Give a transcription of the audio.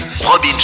Robin